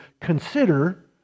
consider